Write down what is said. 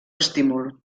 estímul